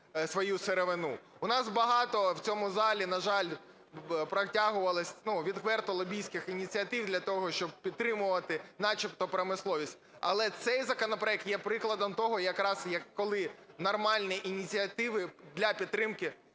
свою сировину. У нас багато в цьому залі, на жаль, протягувалось, відверто, лобістських ініціатив для того, щоб підтримувати начебто промисловість. Але цей законопроект є прикладом того, якраз коли нормальні ініціативи для підтримки